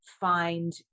find